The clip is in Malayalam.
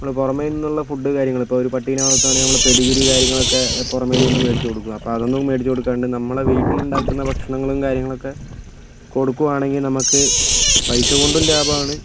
പുറമേ നിന്നുള്ള ഫുഡ് കാര്യങ്ങൾ ഇപ്പോൾ പട്ടിയെ വളർത്തുകയാണെങ്കിൽ പെഡിഗ്രി കാര്യങ്ങളൊക്കെ പുറമേ നിന്ന് മേടിച്ച് കൊടുക്കും അപ്പോൾ അതൊന്നും മേടിച്ച് കൊടുക്കാണ്ട് നമ്മളുടെ വീട്ടിലുണ്ടാക്കുന്ന ഭക്ഷണങ്ങളും കാര്യങ്ങളൊക്കെ കൊടുക്കുകയാണെങ്കിൽ നമുക്ക് പൈസ കൊണ്ടും ലാഭമാണ്